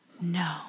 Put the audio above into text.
No